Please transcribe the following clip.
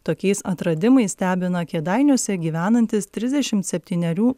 tokiais atradimais stebina kėdainiuose gyvenantis trisdešimt septynerių